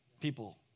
people